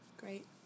Great